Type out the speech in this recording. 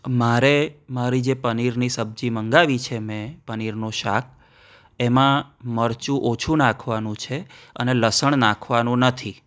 મારે મારી જે પનીરની સબ્જી મંગાવી છે મેં પનીરનું શાક એમાં મરચું ઓછું નાખવાનું છે અને લસણ નાખવાનું નથી